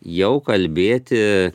jau kalbėti